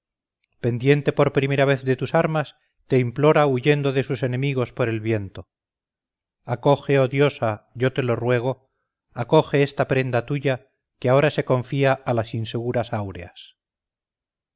pendiente por primera vez de tus armas te implora huyendo de sus enemigos por el viento acoge oh diosa yo te lo ruego acoge esta prenda tuya que ahora se confía a las inseguras auras